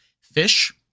fish